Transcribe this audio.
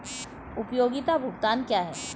उपयोगिता भुगतान क्या हैं?